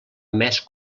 més